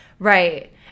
Right